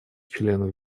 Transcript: членов